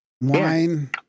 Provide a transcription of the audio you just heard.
wine